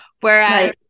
Whereas